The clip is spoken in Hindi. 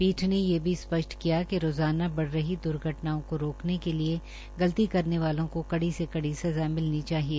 पीठ ने ये भी स्पष्ट किया कि रोजाना बढ रही दुर्घटनाओं को रोकने के लिए गलती करने वालों को कड़ी सजा मिलनी चाहिए